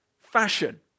fashion